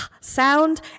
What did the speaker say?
sound